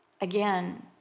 again